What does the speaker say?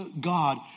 God